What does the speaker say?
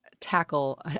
tackle